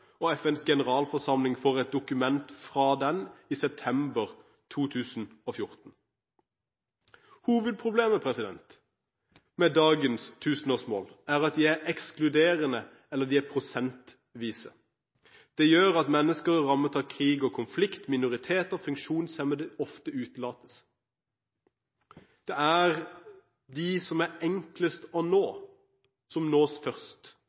og FNs generalforsamling får et dokument fra den i september 2014. Hovedproblemet med dagens tusenårsmål er at de er ekskluderende, eller de er prosentvise. Det gjør at mennesker rammet av krig og konflikt, minoriteter og funksjonshemmede ofte utelates. Det er dem som er enklest å nå, som nås først.